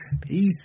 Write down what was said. Peace